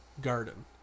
Garden